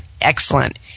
Excellent